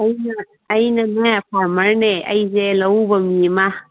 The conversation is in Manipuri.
ꯑꯩꯅ ꯑꯩꯅꯅꯦ ꯐꯥꯔꯃꯔꯅꯦ ꯑꯩꯁꯦ ꯂꯧꯎꯕ ꯃꯤ ꯑꯃ